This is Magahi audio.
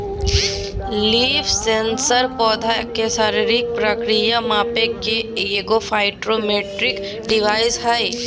लीफ सेंसर पौधा के शारीरिक प्रक्रिया मापे के एगो फाइटोमेट्रिक डिवाइस हइ